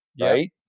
right